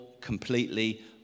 completely